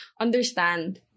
understand